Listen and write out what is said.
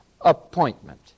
appointment